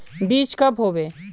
बीज कब होबे?